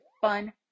fun